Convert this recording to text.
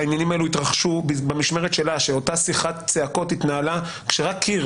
שהעניינים האלה התרחשו במשמרת שלה שאותה שיחת צעקות התנהלה כשרק קיר